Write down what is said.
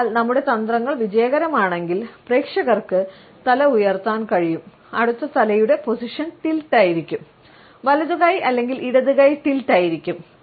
അതിനാൽ നമ്മുടെ തന്ത്രങ്ങൾ വിജയകരമാണെങ്കിൽ പ്രേക്ഷകർക്ക് തല ഉയർത്താൻ കഴിയും അടുത്ത തലയുടെ പൊസിഷൻ ടിൽറ്റ് ആയിരിക്കും വലതു കൈ അല്ലെങ്കിൽ ഇടത് കൈ ടിൽറ്റ് ആയിരിക്കും